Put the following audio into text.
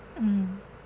mm